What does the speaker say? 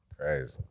Crazy